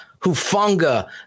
Hufunga